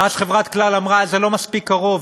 ואז חברת "כלל" אמרה: זה לא מספיק קרוב,